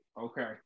Okay